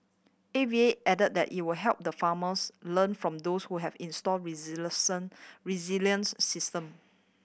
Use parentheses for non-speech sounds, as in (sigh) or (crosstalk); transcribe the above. A V A added that it will help the farmers learn from those who have installed (unintelligible) resilient (unintelligible) system